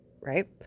right